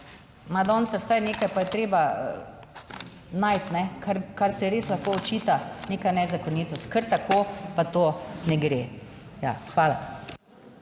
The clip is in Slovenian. madonca, vsaj nekaj pa je treba najti, kar se res lahko očita neka nezakonitost, kar tako pa to ne gre. Ja,